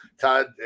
Todd